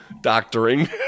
Doctoring